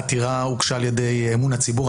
העתירה הוגשה על ידי אמון הציבור,